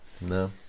no